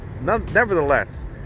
Nevertheless